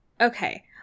Okay